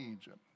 Egypt